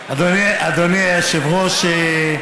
אדוני היושב-ראש,